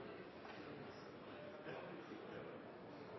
har